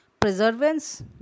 Preservance